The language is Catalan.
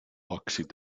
òxids